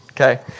Okay